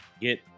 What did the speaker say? get